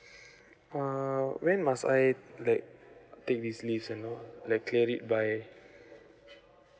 err when must I like take this leave and all like clear it by